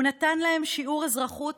הוא נתן להם שיעור אזרחות